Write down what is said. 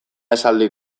esaldi